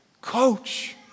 Coach